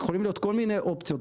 יכולים להיות כל מיני אופציות,